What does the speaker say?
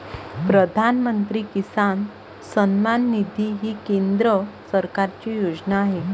प्रधानमंत्री किसान सन्मान निधी ही केंद्र सरकारची योजना आहे